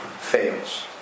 fails